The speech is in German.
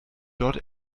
dort